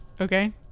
Okay